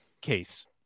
case